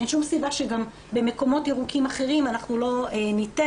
אין שום סיבה שגם במקומות ירוקים אחרים אנחנו לא ניתן,